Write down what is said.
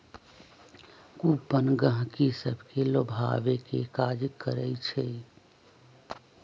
coupon गहकि सभके लोभावे के काज करइ छइ